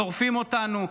שורפים אותנו,